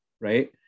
right